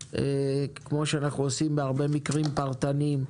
כמו שאנחנו עושים בהרבה מקרים פרטניים.